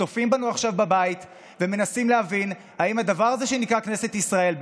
צופים בנו עכשיו בבית ומנסים להבין אם הדבר הזה שנקרא כנסת ישראל,